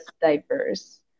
diverse